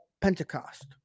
Pentecost